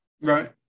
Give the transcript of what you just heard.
Right